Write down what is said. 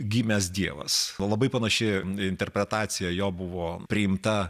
gimęs dievas labai panaši interpretacija jo buvo priimta